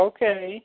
Okay